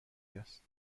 است